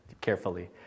carefully